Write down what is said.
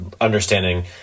understanding